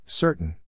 Certain